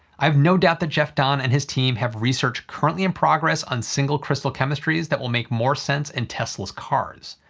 i have no doubt that jeff dahn and his team have research currently in progress on single crystal chemistries that will make more sense in tesla's cars.